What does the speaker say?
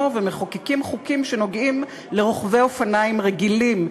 ומחוקקים חוקים שנוגעים לרוכבי אופניים רגילים,